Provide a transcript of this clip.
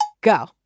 Go